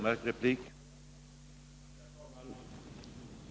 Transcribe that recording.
Herr talman!